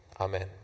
Amen